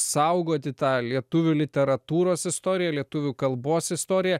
saugoti tą lietuvių literatūros istoriją lietuvių kalbos istoriją